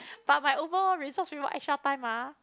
but my overall results with my extra time ah